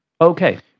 Okay